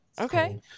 Okay